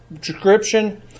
description